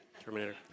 Terminator